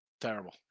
Terrible